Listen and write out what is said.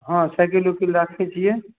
हँ साइकिल उकिल राखय छियै